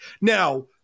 Now